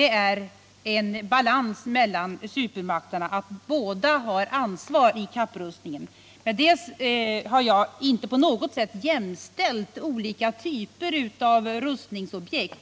— en balans mellan supermakterna: båda har ansvar för kapprustningen. Jag har inte på något sätt jämställt olika typer av rustningsobjekt.